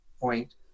point